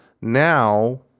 now